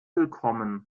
willkommen